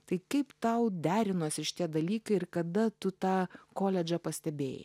tai kaip tau derinosi šitie dalykai ir kada tu tą koledžą pastebėjai